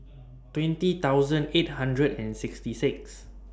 twenty thousand eight hundred and sixty six